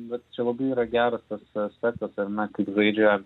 vat čia labai yra geras tas aspektas ar ne kaip žaidžia